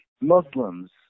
Muslims